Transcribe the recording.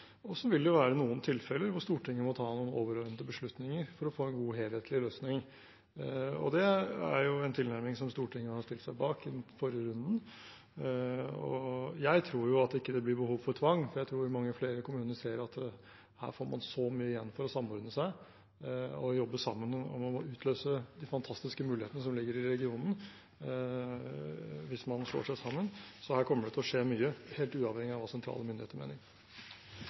Så vil det være noen tilfeller hvor Stortinget må ta noen overordnede beslutninger for å få en god, helhetlig løsning. Det er en tilnærming som Stortinget stilte seg bak i den forrige runden. Jeg tror jo at det ikke blir behov for tvang, for jeg tror mange flere kommuner ser at her får man så mye igjen for å samordne seg og jobbe sammen om å utløse de fantastiske mulighetene som ligger i regionen, hvis man slår seg sammen. Så her kommer det til å skje mye, helt uavhengig av hva sentrale myndigheter mener.